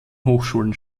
hochschulen